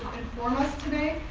inform us today.